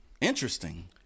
Interesting